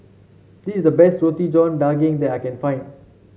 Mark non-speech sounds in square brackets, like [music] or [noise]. this is the best [unintelligible] john daging that I can find